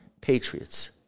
patriots